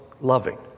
loving